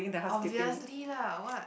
obviously lah what